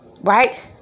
Right